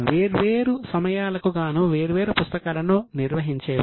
వేర్వేరు సమయాలకు గాను వేర్వేరు పుస్తకాలను నిర్వహించేవారు